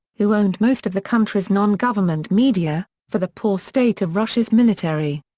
who owned most of the country's non-government media, for the poor state of russia's military.